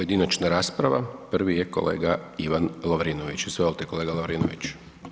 Pojedinačna rasprava, prvi je kolega Ivan Lovrinović, izvolite kolega Lovrinović.